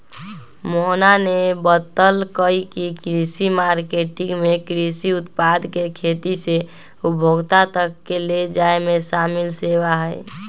मोहना ने बतल कई की कृषि मार्केटिंग में कृषि उत्पाद के खेत से उपभोक्ता तक ले जाये में शामिल सेवा हई